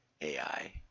AI